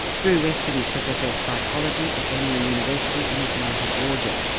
drew westen is professor of psychology at emory university in atlanta georgia,